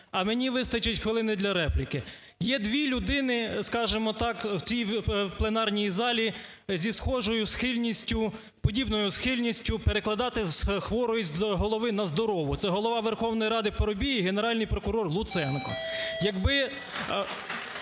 а мені вистачить хвилини для репліки. Є дві людини, скажімо так, в цій пленарній залі зі схожою схильністю, подібною схильністю перекладати з хворої голови на здорову – це Голова Верховної Ради Парубій і Генеральний прокурор Луценко.